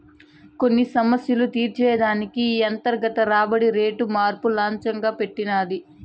కొన్ని సమస్యలు తీర్చే దానికి ఈ అంతర్గత రాబడి రేటు మార్పు లచ్చెంగా పెట్టినది